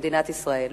למדינת ישראל.